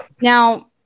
Now